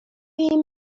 jej